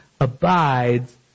abides